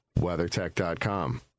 WeatherTech.com